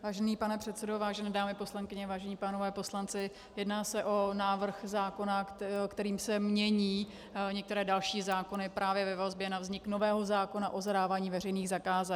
Vážený pane předsedo, vážené dámy poslankyně, vážení pánové poslanci, jedná se o návrh zákona, kterým se mění některé další zákony právě ve vazbě na vznik nového zákona o zadávání veřejných zakázek.